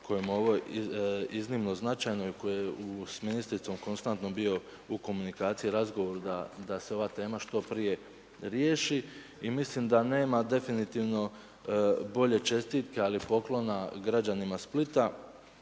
je ovo iznimno značajno i koji je s ministricom konstantno bio u komunikaciji, razgovor da se ova tema što prije riješi. I mislim da nema definitivno bolje čestitke, ali poklona građanima Splita